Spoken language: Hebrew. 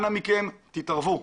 אנא מכם התערבו.